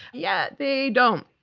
yet they don't.